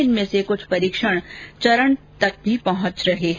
इनमें से कुछ परीक्षण चरण तक भी पहुंच रहे हैं